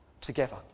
together